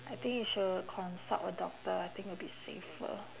I think you should consult a doctor I think will be safer